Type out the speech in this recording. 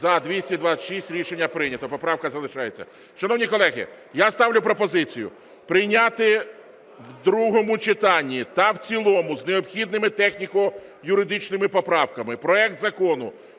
За-226 Рішення прийнято. Поправка залишається. Шановні колеги, я ставлю пропозицію прийняти в другому читанні та в цілому з необхідними техніко-юридичними поправками проект Закону